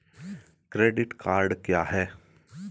Credit card क्या है?